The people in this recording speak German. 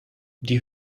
die